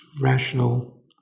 rational